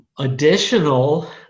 Additional